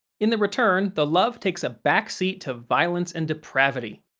in the return, the love takes a back seat to violence and depravity.